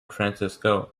francisco